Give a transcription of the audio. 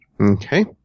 Okay